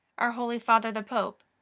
our holy father the pope,